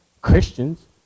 Christians